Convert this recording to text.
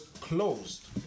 closed